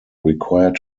required